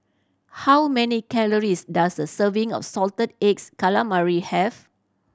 how many calories does a serving of salted eggs calamari have